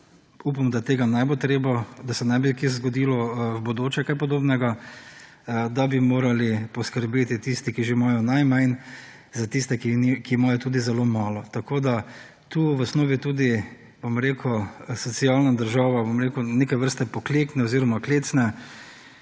upam da tega ne bo treba, da se ne bi kje zgodilo v bodoče kaj podobnega, da bi morali poskrbeti tisti, ki že imajo najmanj za tiste, ki imajo tudi zelo malo. Tu v osnovi tudi, bom rekel, socialna država, bom rekel, neke vrste poklekne oziroma klecne